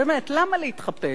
באמת, למה להתחפש?